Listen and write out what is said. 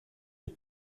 des